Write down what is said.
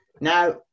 Now